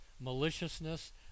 maliciousness